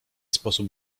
sposób